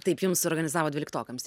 taip jums suorganizavo dvyliktokams